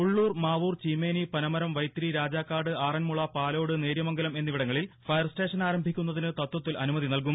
ഉള്ളൂർ മാവൂർ ചീമേനി പനമരം വൈത്തിരി രാജാക്കാട് ആറന്മുള പാലോട് നേര്യമംഗലം എന്നിവിടങ്ങളിൽ fire station ആരംഭിക്കുന്നതിന് തത്വത്തിൽ അനുമതി നൽകും